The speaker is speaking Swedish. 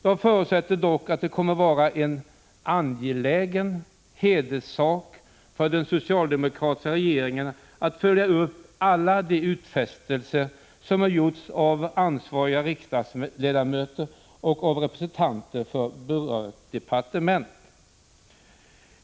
Jag förutsätter dock att det kommer att vara en angelägen hederssak för den socialdemokratiska regeringen att följa upp alla de utfästelser som gjorts av ansvariga riksdagsledamöter och representanter för berört departement.